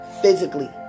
Physically